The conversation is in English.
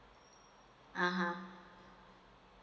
(uh huh)